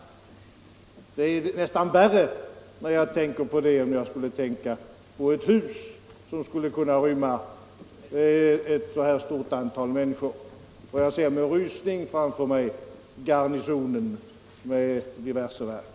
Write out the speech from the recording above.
Det är nästan värre än om jag skulle ha tänkt på ett hus som skulle kunna rymma ett så stort antal människor. Jag ser med en rysning framför mig Garnisonen med diverse verk.